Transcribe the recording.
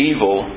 Evil